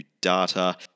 data